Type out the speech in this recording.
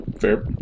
Fair